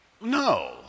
No